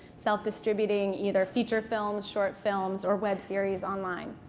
self-distributing either feature films, short films, or web series online.